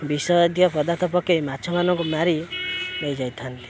ବିଷ ଜାତୀୟ ପଦାର୍ଥ ପକାଇ ମାଛମାନଙ୍କୁ ମାରି ନେଇଯାଇଥାନ୍ତି